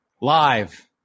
live